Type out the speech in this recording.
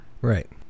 Right